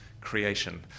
creation